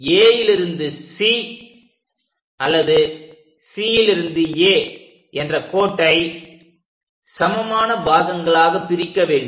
Aலிருந்து C அல்லது Cலிருந்து A என்ற கோட்டை சமமான பாகங்களாகப் பிரிக்க வேண்டும்